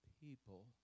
people